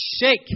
shake